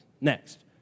Next